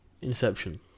inception